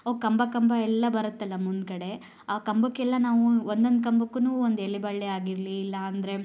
ಅವು ಕಂಬ ಕಂಬ ಎಲ್ಲ ಬರುತ್ತಲ್ಲ ಮುಂದುಗಡೆ ಆ ಕಂಬಕ್ಕೆಲ್ಲ ನಾವು ಒಂದೊಂದು ಕಂಬಕ್ಕೂ ಒಂದು ಎಲೆ ಬಳ್ಳಿ ಆಗಿರಲಿ ಇಲ್ಲ ಅಂದ್ರೆ